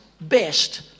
best